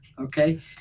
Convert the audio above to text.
Okay